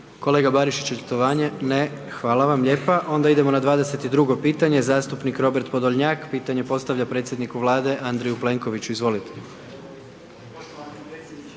Kolega Barišić, očitovanje. Ne, hvala vam lijepa. **Jandroković, Gordan (HDZ)** Onda idemo na 22 pitanje. Zastupnik Robert Podolnjak pitanje postavlja predsjedniku Vlade Andreju Plenkoviću, izvolite.